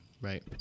Right